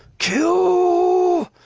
kill,